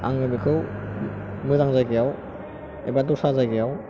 आङो बेखौ मोजां जायगायाव एबा दस्रा जायगायाव